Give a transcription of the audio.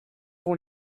vont